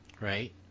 Right